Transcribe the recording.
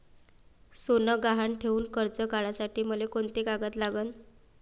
सोनं गहान ठेऊन कर्ज काढासाठी मले कोंते कागद लागन?